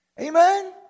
Amen